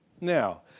Now